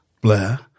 Blair